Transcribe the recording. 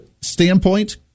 standpoint